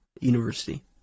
university